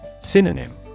Synonym